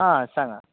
आं सांगां